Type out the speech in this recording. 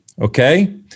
okay